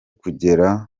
kugera